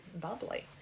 bubbly